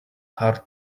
hard